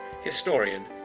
historian